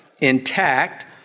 intact